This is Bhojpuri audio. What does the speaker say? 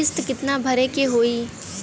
किस्त कितना भरे के होइ?